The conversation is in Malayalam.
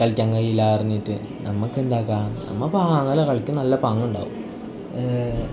കളിക്കാൻ കഴിയില്ല പറഞ്ഞിട്ട് നമുക്ക് എന്താണ് ആക്കുക നമ്മൾ പാല കളിക്കും നല്ല പാങ്ങുണ്ടാവും